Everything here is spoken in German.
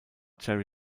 jerry